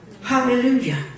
Hallelujah